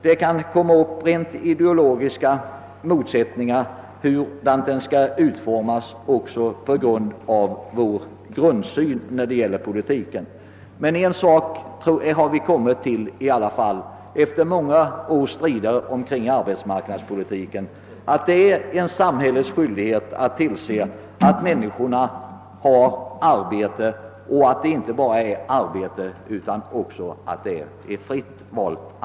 Det kan uppstå rent ideologiska motsättningar om hur arbetsmarknadspolitiken skall utformas. En sak har vi i alla fall kommit fram till efter många års strider kring den: det är samhällets skyldighet att se till att människorna inte bara har arbete utan att detta arbete också är fritt valt.